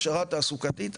הכשרה תעסוקתית,